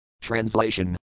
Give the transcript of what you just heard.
Translation